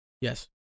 yes